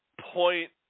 Point